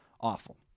awful